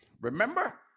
Remember